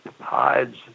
hides